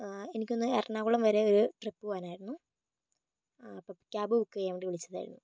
എനിക്ക് ഒന്ന് എറണാകുളം വരേ ഒര് ട്രിപ്പ് പോകാനായിരുന്നു ആ അപ്പൊൾ ക്യാബ് ബുക്ക് ചെയ്യാൻ വേണ്ടി വിളിച്ചതായിരുന്നു